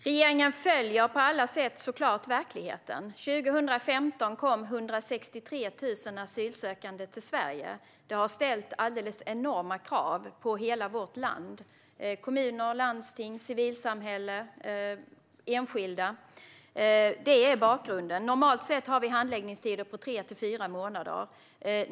Herr talman! Regeringen följer såklart på alla sätt verkligheten. År 2015 kom 163 000 asylsökande till Sverige. Det har ställt enorma krav på hela vårt land - kommuner, landsting, civilsamhälle och enskilda. Det är bakgrunden. Normalt sett har vi handläggningstider på tre till fyra månader.